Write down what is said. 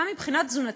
גם מבחינה תזונתית,